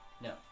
No